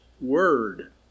word